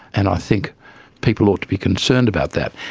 and i think people ought to be concerned about that.